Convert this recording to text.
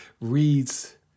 reads